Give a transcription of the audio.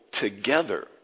together